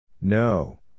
no